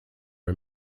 are